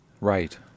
Right